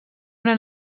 una